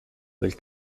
del